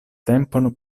tempon